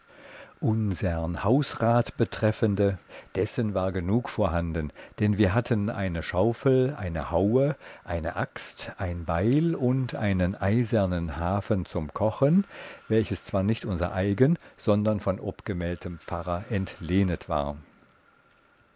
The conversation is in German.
hausrat betreffende dessen war genug vorhanden dann wir hatten eine schaufel eine haue eine axt ein beil und einen eisernen hafen zum kochen welches zwar nicht unser eigen sondern von obgemeldtem pfarrer entlehnet war